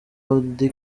auddy